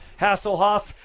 Hasselhoff